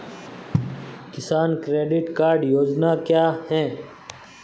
किसान credit card योजना क्या है?